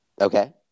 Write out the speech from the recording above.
Okay